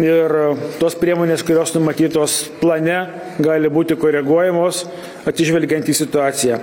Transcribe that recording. ir tos priemonės kurios numatytos plane gali būti koreguojamos atsižvelgiant į situaciją